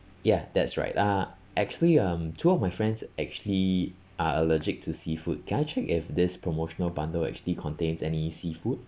ya that's right uh actually um two of my friends actually are allergic to seafood can I check if this promotional bundle actually contains any seafood